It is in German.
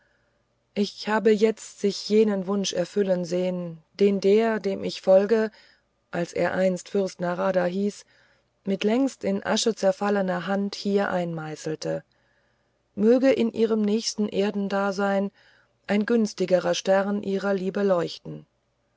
ich habe jetzt sich jenen wunsch erfüllen sehen den der dem ich nun folge als er einst fürst narada hieß mit längst in asche zerfallener hand hier einmeißelte möge in ihrem nächsten erdendasein ein günstigerer stern ihrer liebe leuchten